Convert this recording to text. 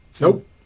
Nope